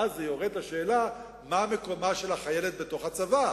ואז זה יעורר את השאלה: מה מקומה של החיילת בתוך הצבא?